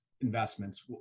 investments